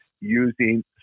using